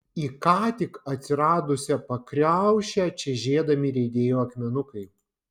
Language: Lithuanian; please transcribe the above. į ką tik atsiradusią pakriaušę čežėdami riedėjo akmenukai